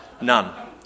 None